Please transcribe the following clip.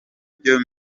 byo